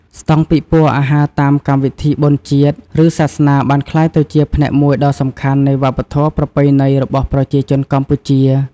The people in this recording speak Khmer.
ស្តង់ពិព័រណ៍អាហារតាមកម្មវិធីបុណ្យជាតិ ឬសាសនាបានក្លាយទៅជាផ្នែកមួយដ៏សំខាន់នៃវប្បធម៌ប្រពៃណីរបស់ប្រជាជនកម្ពុជា។